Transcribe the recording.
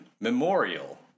Memorial